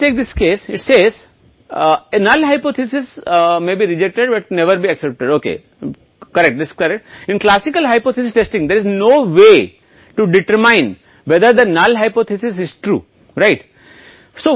तो चलिए इस मामले में विपणन अनुसंधान में शून्य परिकल्पना इस तरह से बनाई गई है कि अस्वीकृति होनी चाहिए वांछित निष्कर्ष की स्वीकृति